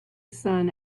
sun